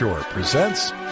presents